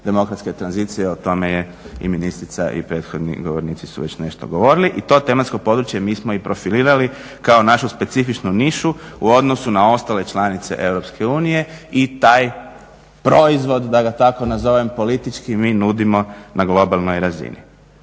demokratske tranzicije, o tome je i ministrica i prethodni govornici su već nešto govorili. I to tematsko područje mi smo i profilirali kao našu specifičnu nišu u odnosu na ostale članice EU i taj proizvod da ga tako nazovem, politički mi nudimo na globalnoj razini.